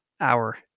hour